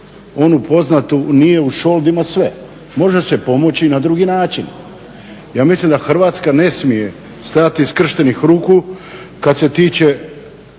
onu poznatu "nije u šoldima sve". Može se pomoći i na drugi način. Ja mislim da Hrvatska ne smije stajati skrštenih ruku kad se tiče